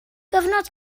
gyfnod